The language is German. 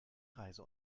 reise